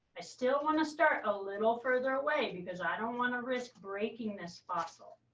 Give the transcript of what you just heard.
i still want to start a little further away because i don't want to risk breaking this fossil.